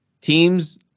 Teams